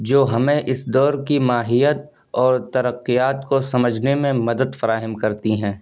جو ہمیں اس دور کی ماہیت اور ترقیات کو سمجھنے میں مدد فراہم کرتی ہیں